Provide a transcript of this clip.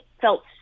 felt